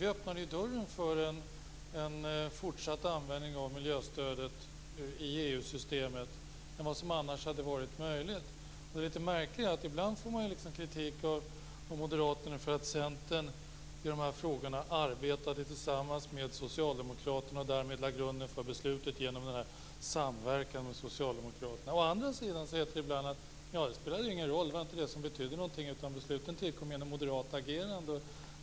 Vi öppnade ju dörren för en fortsatt användning av miljöstödet i EU-systemet, som annars inte hade varit möjlig. Det litet märkliga är att ibland får man kritik av Moderaterna för att Centern i de här frågorna arbetade tillsammans med Socialdemokraterna och därmed lade grunden för beslutet. Ibland heter det att det inte spelar någon roll. Det var inte det som betydde någonting, besluten tillkom genom moderat agerande.